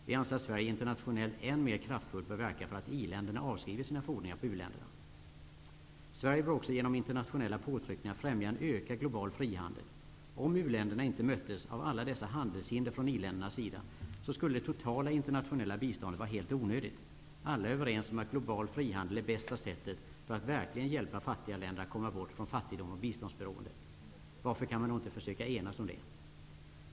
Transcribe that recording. Vi anser att Sverige internationellt än mera kraftfullt bör verka för att i-länderna avskriver sina fordringar på u-länderna. Sverige bör också genom internationella påtryckningar främja en ökad global frihandel. Om u-länderna inte möttes av ett stort antal handelshinder från i-ländernas sida, skulle det totala internationella biståndet vara helt onödigt. Alla är överens om att global frihandel är bästa sättet för att verkligen hjälpa fattiga länder att komma bort från fattigdom och biståndsberoende. Varför kan man då inte försöka enas om detta?